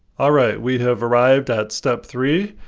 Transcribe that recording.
alright, we have arrived at step three,